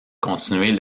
continuer